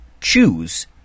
choose